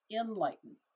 enlighten